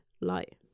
light